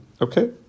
okay